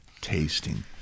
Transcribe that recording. tasting